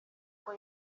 uko